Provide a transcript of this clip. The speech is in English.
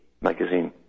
magazine